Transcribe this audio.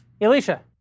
Alicia